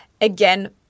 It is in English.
Again